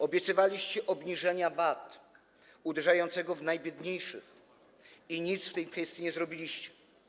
Obiecywaliście obniżenie VAT-u uderzającego w najbiedniejszych i nic w tej kwestii nie zrobiliście.